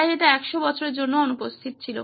তাই এটি 100 বছরের জন্য অনুপস্থিত ছিল